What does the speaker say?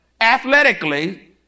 athletically